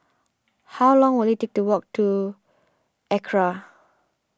how long will it take to walk to Acra